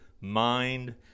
mind